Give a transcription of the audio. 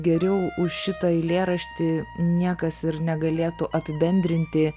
geriau už šitą eilėraštį niekas ir negalėtų apibendrinti